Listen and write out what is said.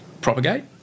propagate